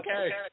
okay